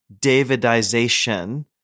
Davidization